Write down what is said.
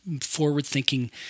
forward-thinking